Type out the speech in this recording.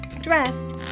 dressed